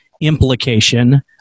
implication